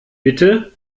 bitte